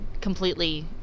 completely